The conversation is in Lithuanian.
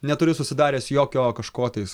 neturiu susidaręs jokio kažko tais